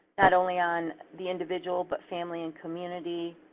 not only on the individual, but family and community,